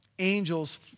Angels